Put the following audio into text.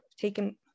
taken